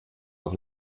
doch